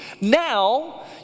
Now